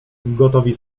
gotowi